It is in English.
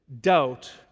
doubt